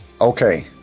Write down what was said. Okay